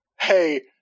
hey